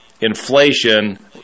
inflation